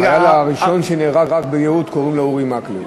החייל הראשון שנהרג ביהוד קוראים לו אורי מקלב.